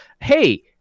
Hey